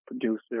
producer